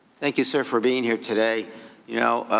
thank you so for being here today. you know